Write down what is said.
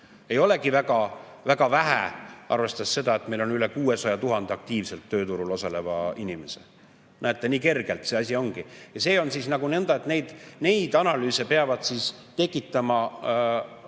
ei olegi väga vähe, arvestades seda, et meil on üle 600 000 aktiivselt tööturul osaleva inimese. Näete, nii kerge see asi ongi. See on nõnda, et neid analüüse peavad tekitama huvirühmad